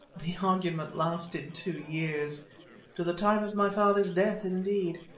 the argument lasted two years to the time of my father's death, indeed.